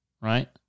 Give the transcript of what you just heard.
right